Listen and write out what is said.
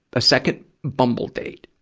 a second bumble date.